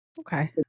Okay